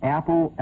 Apple